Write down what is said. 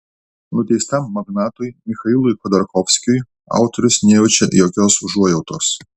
nuteistam magnatui michailui chodorkovskiui autorius nejaučia jokios užuojautos